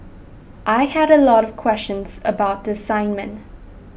I had a lot of questions about the assignment